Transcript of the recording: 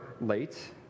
late